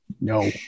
No